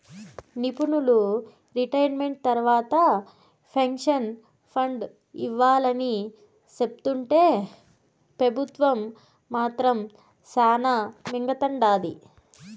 నిపునులు రిటైర్మెంట్ తర్వాత pension fund ఇవ్వాలని సెప్తుంటే పెబుత్వం మాత్రం శానా మింగతండాది